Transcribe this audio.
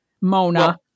Mona